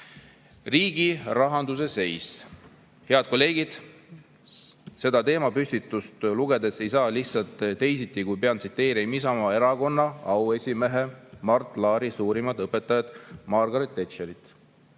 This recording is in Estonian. Riigi rahanduse seis. Head kolleegid, seda teemapüstitust lugedes ei saa teisiti, kui pean tsiteerima Isamaa Erakonna auesimehe Mart Laari suurimat õpetajat Margaret Thatcherit,